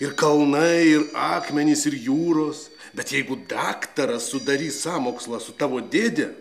ir kalnai ir akmenys ir jūros bet jeigu daktaras sudarys sąmokslą su tavo dėde